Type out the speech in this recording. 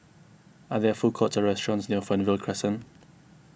are there food courts or restaurants near Fernvale Crescent